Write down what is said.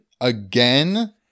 again